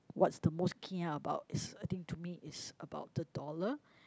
what's the most kia about is I think to me is about the dollar